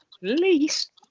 Least